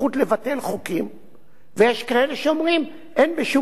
ויש כאלה שאומרים, אין בשום פנים ואופן לתת לכנסת